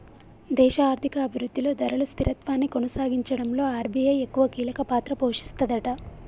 దేశ ఆర్థిక అభివృద్ధిలో ధరలు స్థిరత్వాన్ని కొనసాగించడంలో ఆర్.బి.ఐ ఎక్కువ కీలక పాత్ర పోషిస్తదట